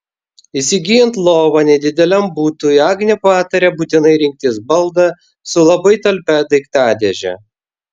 įsigyjant lovą nedideliam butui agnė pataria būtinai rinktis baldą su labai talpia daiktadėže